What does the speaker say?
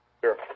Sure